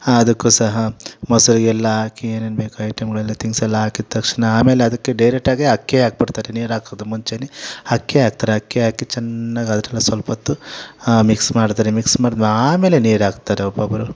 ಅದಕ್ಕೂ ಸಹ ಮೊಸರು ಎಲ್ಲ ಹಾಕಿ ಏನೇನು ಬೇಕೋ ಐಟಂಗಳೆಲ್ಲ ಥಿಂಗ್ಸ್ ಎಲ್ಲ ಹಾಕಿದ ತಕ್ಷಣ ಆಮೇಲೆ ಅದಕ್ಕೆ ಡೈರೆಕ್ಟಾಗೇ ಅಕ್ಕಿಯೇ ಹಾಕಿ ಬಿಡ್ತಾರೆ ನೀರು ಹಾಕೋದು ಮುಂಚೆಯೇ ಅಕ್ಕಿ ಹಾಕ್ತಾರೆ ಅಕ್ಕಿ ಹಾಕಿ ಚೆನ್ನಾಗಿ ಅದು ಸ್ವಲ್ಪೊತ್ತು ಮಿಕ್ಸ್ ಮಾಡ್ತಾರೆ ಮಿಕ್ಸ್ ಮಾಡಿ ಆಮೇಲೆ ನೀರು ಹಾಕ್ತಾರೆ ಒಬ್ಬೊಬ್ಬರು